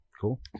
cool